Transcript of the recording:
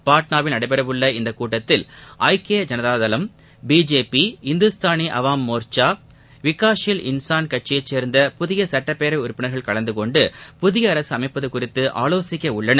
பாட்னாவில் நடைபெறவுள்ள இக்கூட்டத்தில் ஐக்கிய ஜனதா தளம் பிஜேபி இந்தூஸ்தானி அவாம் மோர்ச்சா விகாஷல் இன்சான் கட்சியைச் சேர்ந்த புதிய சட்டப்பேரவை உறுப்பினர்கள் கலந்து கொண்டு புதிய அரசு அமைப்பது குறித்து ஆலோசிக்க உள்ளனர்